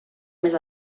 més